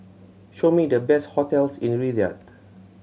show me the best hotels in Riyadh